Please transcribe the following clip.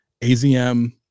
AZM